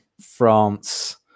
france